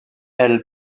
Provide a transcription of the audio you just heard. elle